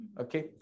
Okay